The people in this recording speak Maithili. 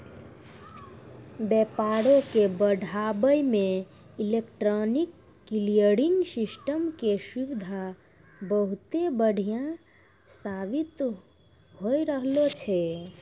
व्यापारो के बढ़ाबै मे इलेक्ट्रॉनिक क्लियरिंग सिस्टम के सुविधा बहुते बढ़िया साबित होय रहलो छै